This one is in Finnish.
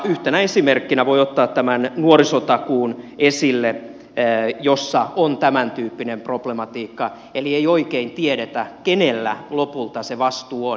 yhtenä esimerkkinä voi ottaa tämän nuorisotakuun esille jossa on tämäntyyppinen problematiikka eli ei oikein tiedetä kenellä lopulta se vastuu on